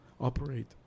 operate